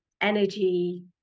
energy